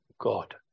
God